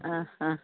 ആ ആ